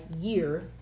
year